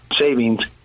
savings